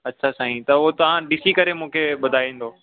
अच्छा साईं त उहो तव्हां ॾिसी करे मूंखे ॿुधाईंदो